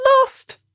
lost